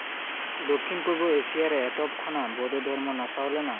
ᱫᱚᱠᱠᱷᱤᱱ ᱯᱩᱨᱵᱚ ᱮᱥᱤᱭᱟ ᱨᱮ ᱮᱛᱚᱦᱚᱵ ᱠᱷᱚᱱᱟᱜ ᱵᱳᱫᱽᱫᱷᱚ ᱫᱷᱚᱨᱢᱚ ᱱᱟᱥᱟᱣ ᱞᱮᱱᱟ